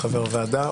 חבר ועדה,